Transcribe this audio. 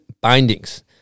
bindings